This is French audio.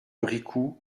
bricout